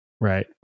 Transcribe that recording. Right